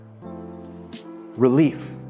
Relief